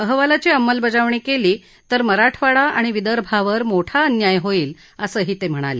अहवालाची अंमलबजावणी केली तर मराठवाडा आणि विदर्भावर मोठा अन्याय होईल असही ते म्हणाले